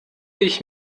ich